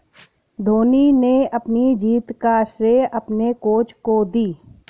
धोनी ने अपनी जीत का श्रेय अपने कोच को दी